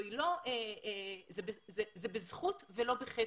זה בזכות ולא בחסד.